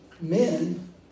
men